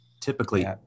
typically